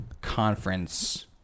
conference